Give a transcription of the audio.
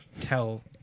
tell